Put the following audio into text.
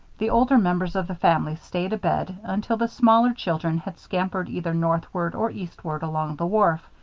the older members of the family stayed abed until the smaller children had scampered either northward or eastward along the wharf,